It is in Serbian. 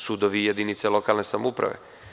Sudovi i jedinice lokalne samouprave.